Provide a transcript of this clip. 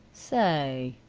say,